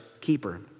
keeper